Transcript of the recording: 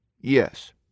Yes